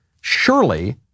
Surely